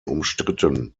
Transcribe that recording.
umstritten